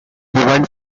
demand